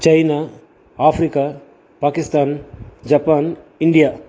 China Africa Pakistan Japan India